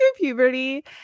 puberty